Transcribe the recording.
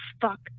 fuck